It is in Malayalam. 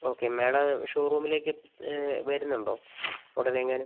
ഓക്കെ മേഡം ഷോ റൂമിലേക്ക് വരുന്നുണ്ടോ ഉടനെയെങ്ങാനും